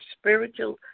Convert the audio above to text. spiritual